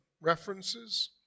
references